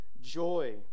joy